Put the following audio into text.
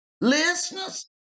Listeners